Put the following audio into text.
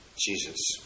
Jesus